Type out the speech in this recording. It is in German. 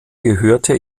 gehörte